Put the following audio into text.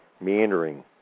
meandering